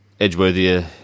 Edgeworthia